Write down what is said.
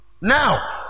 Now